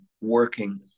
working